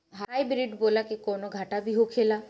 Hybrid बोला के कौनो घाटा भी होखेला?